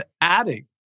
adding